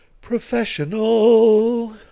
professional